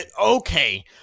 okay